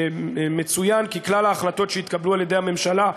ומציין כי כלל ההחלטות שהתקבלו על-ידי הממשלה,